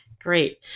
Great